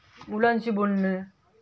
मुलांशी बोलणं